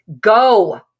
Go